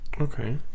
Okay